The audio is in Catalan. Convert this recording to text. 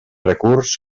recurs